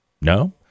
No